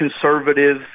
conservative